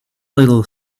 little